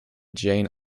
jane